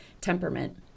temperament